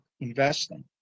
investing